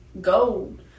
gold